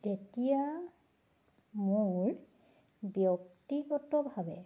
তেতিয়া মোৰ ব্যক্তিগতভাৱে